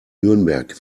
nürnberg